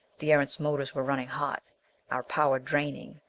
the erentz motors were running hot our power draining,